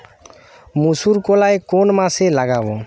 মুসুরকলাই কোন মাসে লাগাব?